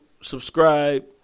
subscribe